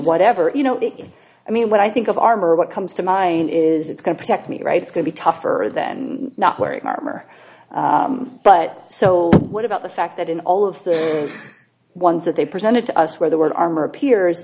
whatever you know it i mean when i think of armor what comes to mind is it's going to protect me rights could be tougher than not wearing armor but so what about the fact that in all of the ones that they presented to us where the word armor appears